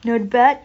not bad